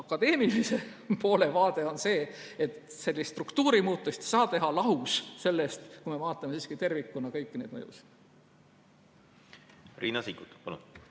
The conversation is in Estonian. Akadeemilise poole vaade on see, et sellist struktuurimuutust ei saa teha lahus sellest, et me vaatame tervikuna kõiki mõjusid. Riina Sikkut, palun!